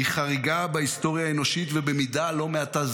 היא חריגה בהיסטוריה האנושית ובמידה לא מעטה,